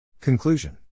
Conclusion